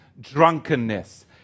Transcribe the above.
drunkenness